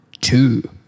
two